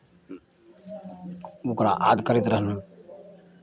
ओकरा आद करैत रहलहुँ